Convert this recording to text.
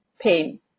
pain